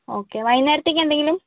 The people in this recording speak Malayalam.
ഓക്കെ വൈകുനേരത്തേക്കെന്തെങ്കിലും